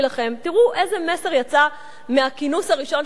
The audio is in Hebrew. תראו איזה מסר יצא מהכינוס הראשון של מושב